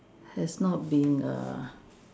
has not been err